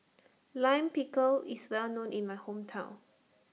Lime Pickle IS Well known in My Hometown